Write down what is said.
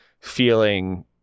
feeling